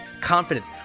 confidence